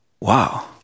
wow